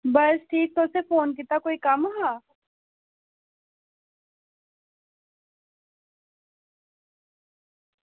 बस ठीक तुसें फोन कीता कोई कम्म हा